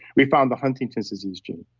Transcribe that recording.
we found the huntington disease gene.